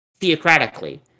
theocratically